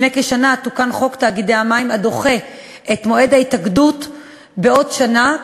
לפני כשנה תוקן חוק תאגידי המים ונדחה מועד ההתאגדות בעוד שנה,